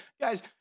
guys